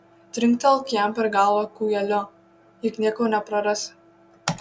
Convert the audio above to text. trinktelk jam per galvą kūjeliu juk nieko neprarasi